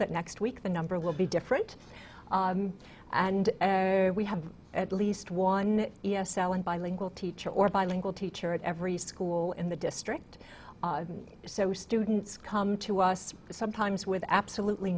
that next week the number will be different and we have at least one e s l and bilingual teacher or bilingual teacher at every school in the district so students come to us sometimes with absolutely